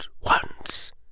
once